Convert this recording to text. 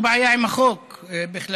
לפני